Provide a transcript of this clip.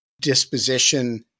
disposition